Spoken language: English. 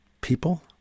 people